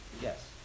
Yes